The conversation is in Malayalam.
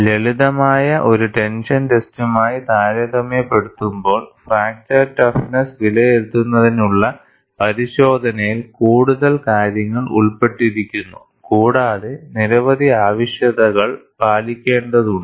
ലളിതമായ ഒരു ടെൻഷൻ ടെസ്റ്റുമായി താരതമ്യപ്പെടുത്തുമ്പോൾ ഫ്രാക്ചർ ടഫ്നെസ്സ് വിലയിരുത്തുന്നതിനുള്ള പരിശോധനയിൽ കൂടുതൽ കാര്യങ്ങൾ ഉൾപ്പെട്ടിരിക്കുന്നു കൂടാതെ നിരവധി ആവശ്യകതകൾ പാലിക്കേണ്ടതുണ്ട്